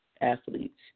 athletes